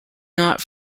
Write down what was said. not